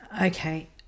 Okay